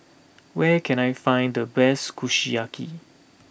where can I find the best Kushiyaki